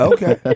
Okay